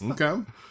Okay